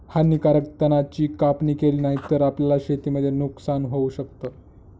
हानीकारक तणा ची कापणी केली नाही तर, आपल्याला शेतीमध्ये नुकसान होऊ शकत